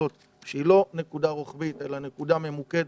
שהיא לא נקודה רוחבית אלא נקודה ממוקדת,